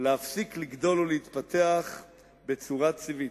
להפסיק לגדול ולהתפתח בצורה טבעית.